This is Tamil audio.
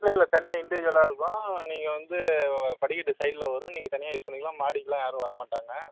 இல்லைல்ல தனியாக இன்டிஜுவலாக இருக்கும் நீங்கள் வந்து படிக்கட்டு சைட்டில் வரும் நீங்கள் தனியாக யூஸ் பண்ணிக்கலாம் மாடிக்குலாம் யாரும் வரமாட்டாங்க